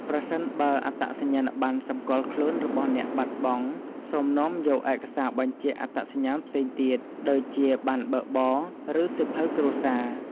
ប្រសិនបើអត្តសញ្ញាណប័ណ្ណសម្គាល់ខ្លួនរបស់អ្នកបាត់បង់ សូមនាំយកឯកសារបញ្ជាក់អត្តសញ្ញាណផ្សេងទៀត ដូចជាប័ណ្ណបើកបរ ឬសៀវភៅគ្រួសារ។